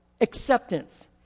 acceptance